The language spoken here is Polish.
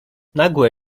nagłe